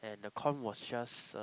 and the corn was just uh